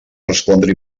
respondre